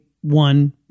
one